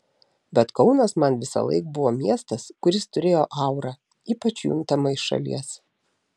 bet kaunas man visąlaik buvo miestas kuris turėjo aurą ypač juntamą iš šalies